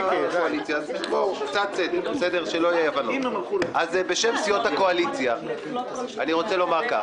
בשם סיעות הקואליציה אני רוצה לומר כך,